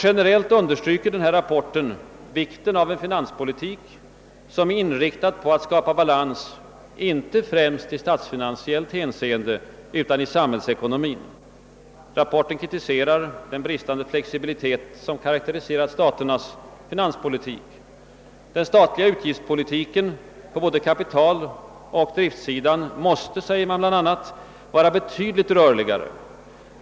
Generellt understryker rapporten vikten av en finanspolitik som är inriktad på att skapa balans inte främst i statsfinansiellt hänseende utan i samhällsekonomin. Rapporten kritiserar den bristande flexibilitet som karakteriserat staternas finanspolitik. Den statliga utgiftspolitiken på både kapitaloch driftsidan måste, säger man bland annat, vara betydligt rörligare.